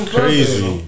crazy